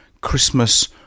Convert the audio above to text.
Christmas